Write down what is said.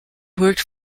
worked